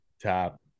tap